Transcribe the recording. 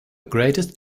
greatest